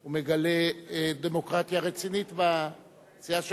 הוא מגלה דמוקרטיה רצינית בסיעה שלו.